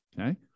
okay